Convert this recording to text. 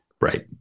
Right